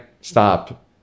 stop